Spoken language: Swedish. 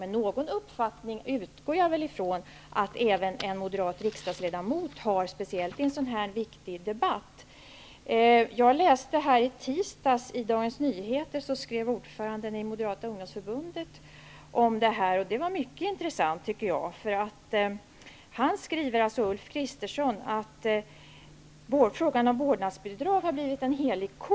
Men jag utgår från att även en moderat riksdagsledamot har någon uppfattning, speciellt i en sådan här viktig debatt. I tisdags läste jag i Dagens Nyheter en mycket intressant artikel om detta av ordföranden i Han skriver att ''frågan om vårdnadsbidrag har blivit en helig ko''.